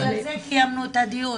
ובגלל זה קיימנו את הדיון.